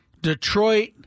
Detroit